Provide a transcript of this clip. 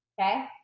Okay